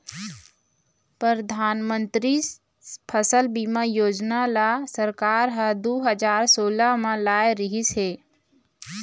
परधानमंतरी फसल बीमा योजना ल सरकार ह दू हजार सोला म लाए रिहिस हे